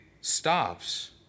stops